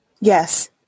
Yes